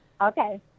Okay